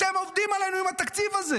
אתם עובדים עלינו עם התקציב הזה.